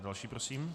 Další prosím.